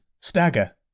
stagger